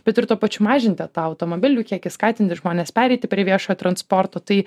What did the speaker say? bet ir tuo pačiu mažinti tą automobilių kiekį skatinti žmones pereiti prie viešojo transporto tai